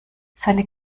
seine